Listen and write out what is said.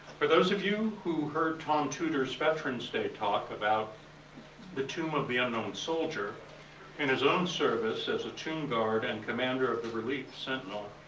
for those of you who heard tom tudor's veterans day talk about the tomb of the unknown soldier and his own service as a tomb guard and commander of the relief sentinel,